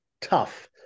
tough